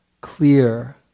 clear